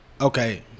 okay